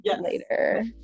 later